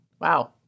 Wow